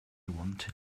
wanted